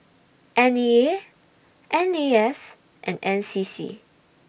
N E A N A S and N C C